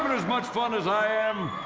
but as much fun as i am?